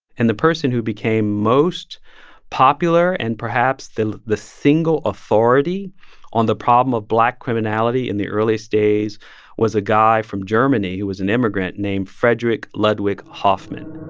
and the person who became most popular and perhaps the the single authority on the problem of black criminality in the earliest days was a guy from germany who was an immigrant named frederick ludwig hoffman